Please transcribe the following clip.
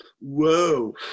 Whoa